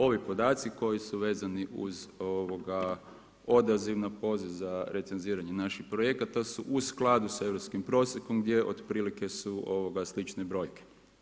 Ovi podaci koji su vezani uz odaziv na poziv za recenziranje naših projekata su u skladu sa europskim prosjekom gdje otprilike su slične brojke.